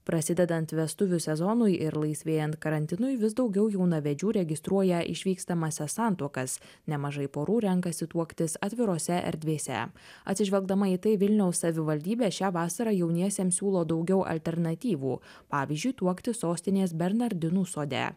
prasidedant vestuvių sezonui ir laisvėjant karantinui vis daugiau jaunavedžių registruoja išvykstamąsias santuokas nemažai porų renkasi tuoktis atvirose erdvėse atsižvelgdama į tai vilniaus savivaldybė šią vasarą jauniesiems siūlo daugiau alternatyvų pavyzdžiui tuoktis sostinės bernardinų sode